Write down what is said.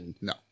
No